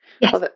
Yes